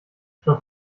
schon